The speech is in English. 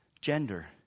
Gender